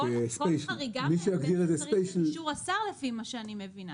לפי מה שאני מבינה